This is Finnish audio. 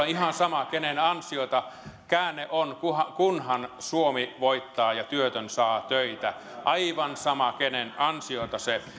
ihan sama kenen ansiota käänne on kunhan kunhan suomi voittaa ja työtön saa töitä aivan sama kenen ansiota se